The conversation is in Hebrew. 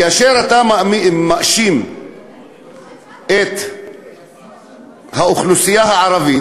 כאשר אתה מאשים את האוכלוסייה הערבית,